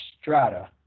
Strata